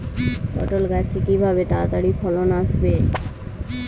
পটল গাছে কিভাবে তাড়াতাড়ি ফলন আসবে?